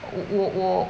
我我我